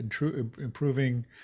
improving